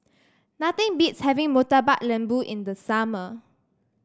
nothing beats having Murtabak Lembu in the summer